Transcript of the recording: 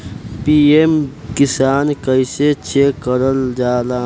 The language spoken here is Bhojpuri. पी.एम किसान कइसे चेक करल जाला?